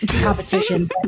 competition